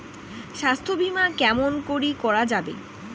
স্বাস্থ্য বিমা কেমন করি করা যাবে?